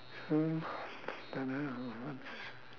mm don't know it's